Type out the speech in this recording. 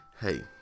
hey